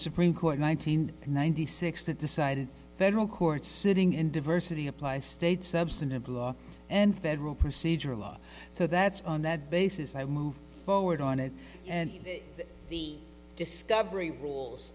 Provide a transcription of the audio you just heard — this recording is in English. supreme court one thousand and ninety six that decided federal courts sitting in diversity apply state substantive law and federal procedure law so that's on that basis i move forward on it and the discovery rules